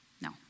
no